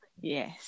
Yes